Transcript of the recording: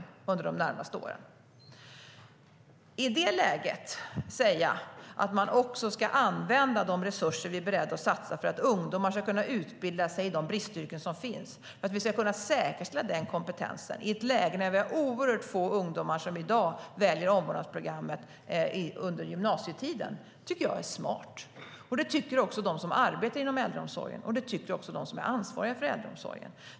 Att i ett läge när vi har oerhört få ungdomar som väljer omvårdnadsprogrammet under gymnasietiden säga att vi ska använda resurser och vara beredda att satsa så att ungdomar kan utbilda sig i de bristyrken som finns, för att vi ska kunna säkerställa kompetensen; det tycker jag är smart. Det tycker också de som arbetar inom äldreomsorgen, och det tycker de som är ansvariga för äldreomsorgen.